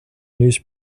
news